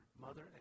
mother